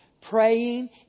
Praying